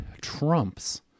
trumps